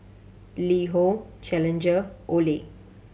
LiHo Challenger Olay